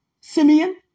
Simeon